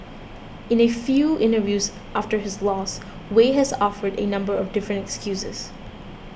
in a few interviews after his loss Wei has offered a number of different excuses